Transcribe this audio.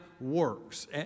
works